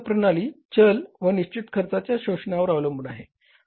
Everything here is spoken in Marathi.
शोष खर्च प्रणाली चल व निश्चित खर्चाच्या शोषणावर अवलंबून आहे